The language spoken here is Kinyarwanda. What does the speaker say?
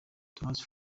thomas